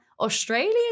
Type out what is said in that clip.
Australian